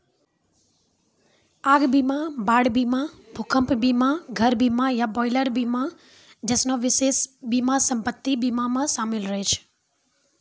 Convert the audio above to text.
आग बीमा, बाढ़ बीमा, भूकंप बीमा, घर बीमा या बॉयलर बीमा जैसनो विशेष बीमा सम्पति बीमा मे शामिल रहै छै